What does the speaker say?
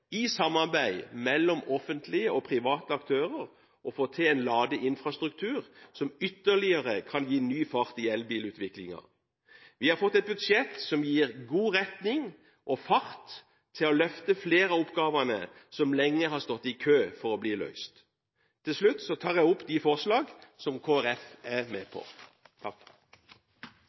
i samarbeid mellom offentlige og private aktører å få til en ladeinfrastruktur som ytterligere kan gi ny fart i elbilutviklingen. Vi har fått et budsjett som gir god retning og fart til å løfte flere av oppgavene som lenge har stått i kø for å bli løst. Til slutt vil jeg anbefale komiteens innstilling. Det blir replikkordskifte. Jeg har lyst til å utfordre Kristelig Folkeparti på